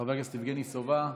חבר הכנסת יבגני סובה.